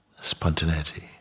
spontaneity